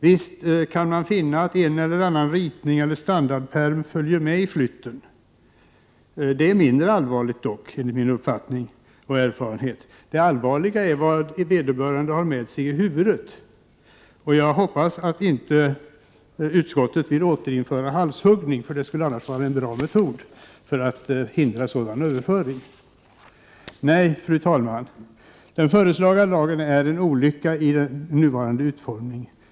Visst kan man finna att en eller annan ritning eller standardpärm följer med i flytten. Det är mindre allvarligt dock, enligt min uppfattning och erfarenhet. Det allvarliga är vad vederbörande har med sig i huvudet, och jag hoppas att inte utskottet vill återinföra halshuggning, för det skulle annars vara en bra metod för att förhindra sådan överföring. Nej, fru talman, den föreslagna lagen är en olycka i den nuvarande utformningen.